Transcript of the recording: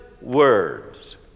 words